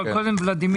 אבל קודם ולדימיר.